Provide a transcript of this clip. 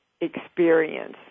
experience